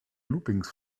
loopings